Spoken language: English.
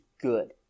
good